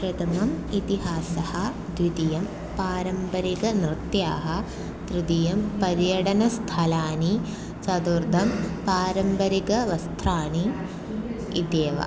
प्रथमं इतिहासः द्वितीयं पारम्परिकनृत्यानि तृतीयं पर्यटनस्थलानि चतुर्थं पारम्परिकवस्त्राणि इत्येव